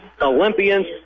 olympians